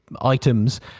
items